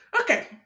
Okay